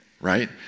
right